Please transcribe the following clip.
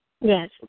Yes